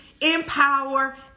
empower